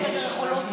זה קרה בעבר.